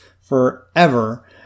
forever